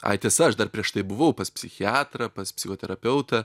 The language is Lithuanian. ai tiesa aš dar prieš tai buvau pas psichiatrą pas psichoterapeutą